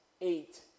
eight